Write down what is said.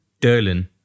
Derlin